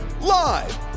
Live